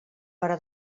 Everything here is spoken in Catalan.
però